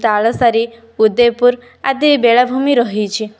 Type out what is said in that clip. ତାଳସାରି ଉଦୟପୁର ଆଦି ବେଳାଭୂମି ରହିଛି